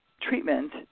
treatment